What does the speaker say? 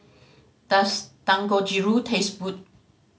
does Dangojiru taste good